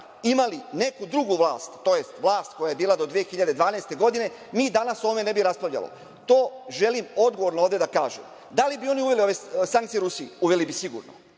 imali neku drugu vlast, tj. vlast koja je bila do 2012. godine, mi danas o ovome ne bi raspravljali. To želim odgovorno ovde da kažem. Da li bi oni uveli sankcije Rusiji? Uveli bi sigurno.